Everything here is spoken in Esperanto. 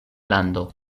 lando